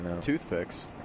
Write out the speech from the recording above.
Toothpicks